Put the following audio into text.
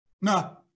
No